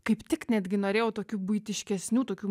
kaip tik netgi norėjau tokių buitiškesnių tokių